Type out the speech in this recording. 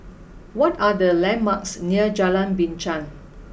what are the landmarks near Jalan Binchang